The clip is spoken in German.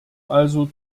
also